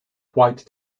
white